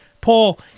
Paul